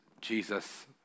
Jesus